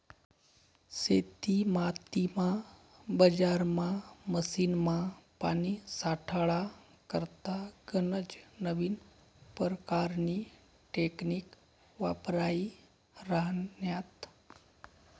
शेतीमातीमा, बजारमा, मशीनमा, पानी साठाडा करता गनज नवीन परकारनी टेकनीक वापरायी राह्यन्यात